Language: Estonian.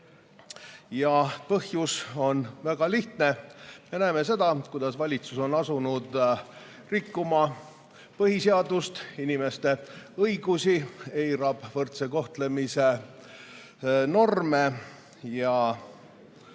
Põhjus on väga lihtne. Me näeme, kuidas valitsus on asunud rikkuma põhiseadust, inimeste õigusi ja ta eirab võrdse kohtlemise norme.